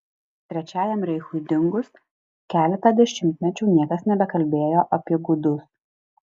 trečiajam reichui dingus keletą dešimtmečių niekas nebekalbėjo apie gudus